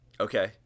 Okay